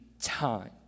time